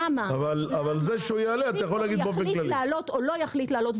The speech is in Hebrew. למה יחליט לעלות או לא יחליט לעלות,